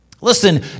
Listen